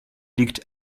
liegt